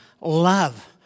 love